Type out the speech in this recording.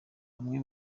hamwe